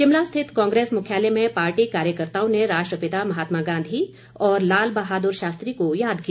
शिमला स्थित कांग्रेस मुख्यालय में पार्टी कार्यकर्ताओं ने राष्ट्रपिता महात्मा गांधी और लाल बहादुर शास्त्री को याद किया